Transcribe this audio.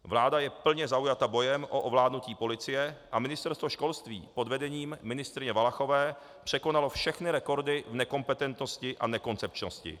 Vláda je plně zaujata bojem o ovládnutí policie a Ministerstvo školství pod vedením ministryně Valachové překonalo všechny rekordy nekompetentnosti a nekoncepčnosti.